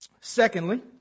Secondly